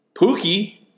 Pookie